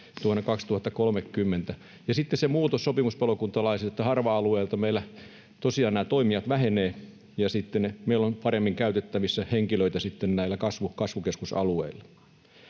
2030. Ja sitten on se muutos sopimuspalokuntalaisissa, että harva-alueilta meillä tosiaan nämä toimijat vähenevät, ja sitten meillä on paremmin käytettävissä henkilöitä näillä kasvukeskusalueilla.